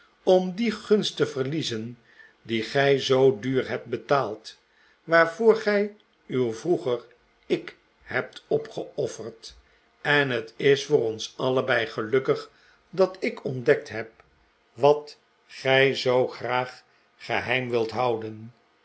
om die gtinst te verliezen die gij zoo duur hebt betaald waarvoor gij uw vroeger ik hebt opgeofferd en het is voor ons allebei gelukkig dat ik ontdekt heb wat gij zoo graag geheim wilt houden